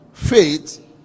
faith